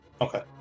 Okay